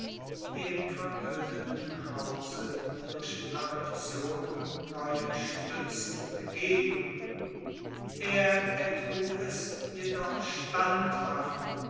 dem verödeten hause durch adoption neue stützen gegeben er ertrug es jedoch standhaft